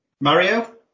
Mario